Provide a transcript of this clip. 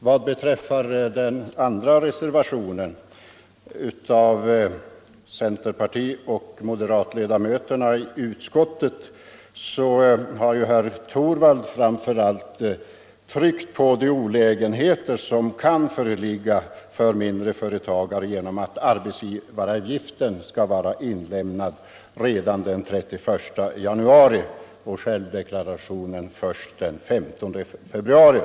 Vad beträffar reservationen 2 av centerpartiets och moderata samlingspartiets ledamöter i utskottet har herr Torwald framför allt tryckt på de olägenheter som kan föreligga för mindre företagare genom att uppgifter rörande arbetsgivaravgiften skall vara ingiven redan den 31 januari, medan självdeklaration skall vara inlämnad först den 15 februari.